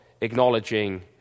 acknowledging